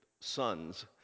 sons